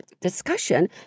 discussion